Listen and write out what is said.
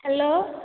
hello